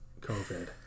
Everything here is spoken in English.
COVID